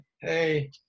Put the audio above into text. hey